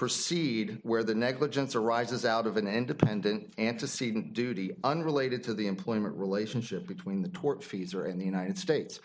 proceed where the negligence arises out of an independent antecedent duty unrelated to the employment relationship between the tortfeasor and the united states